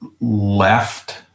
left